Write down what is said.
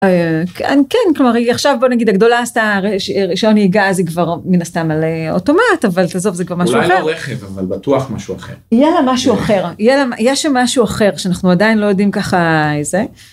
כן כלומר היא עכשיו בוא נגיד הגדולה עשתה רשיון נהיגה אז היא כבר מן הסתם על אוטומט אבל תעזוב זה כבר משהו אחר. יהיה לא רכב אבל בטוח משהו אחר. יהיה לה משהו אחר שאנחנו עדיין לא יודעים ככה איזה.